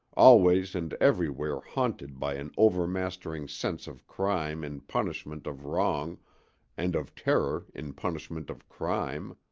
always and everywhere haunted by an overmastering sense of crime in punishment of wrong and of terror in punishment of crime.